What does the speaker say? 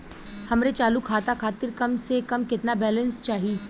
हमरे चालू खाता खातिर कम से कम केतना बैलैंस चाही?